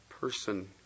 person